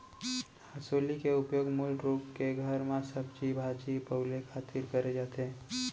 हँसुली के उपयोग मूल रूप के घर म सब्जी भाजी पउले खातिर करे जाथे